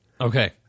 Okay